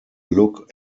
look